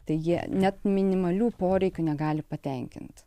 tai jie net minimalių poreikių negali patenkint